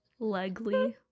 Legly